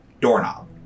doorknob